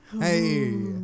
Hey